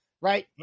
right